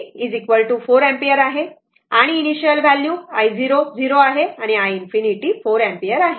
तर i ∞ 4 ampere आहे बरोबर आणि हे इनिशियल व्हॅल्यू i0 0 आणि i ∞ 4 अँपिअर आहे